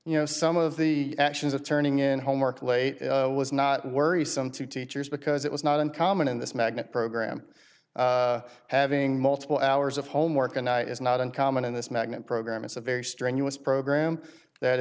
you know some of the actions of turning in homework late was not worrisome to teachers because it was not uncommon in this magnet program having multiple hours of homework a night is not uncommon in this magnet program it's a very strenuous program that